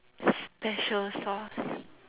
special sauce